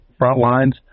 Frontlines